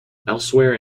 elsewhere